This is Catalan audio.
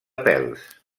pèls